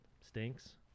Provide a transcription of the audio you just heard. stinks